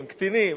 הם קטינים,